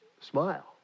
smile